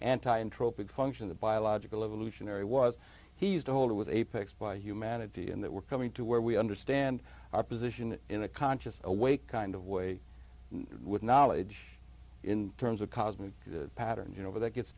anti introverted function the biological evolutionary was he used to hold it was apex by humanity and that we're coming to where we understand our position in a conscious awake kind of way with knowledge in terms of cosmic patterns you know or that gets